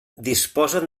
disposen